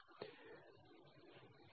1